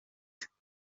tubonye